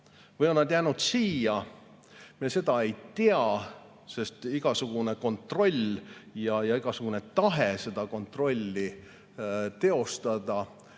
või jäänud siia, me ei tea, sest igasugune kontroll ja igasugune tahe seda kontrolli teostada